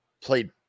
played